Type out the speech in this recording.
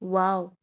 wow